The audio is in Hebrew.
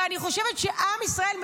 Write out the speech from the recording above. ואני חושבת שעם ישראל,